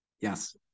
Yes